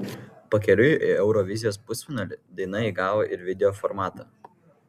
pakeliui į eurovizijos pusfinalį daina įgavo ir video formatą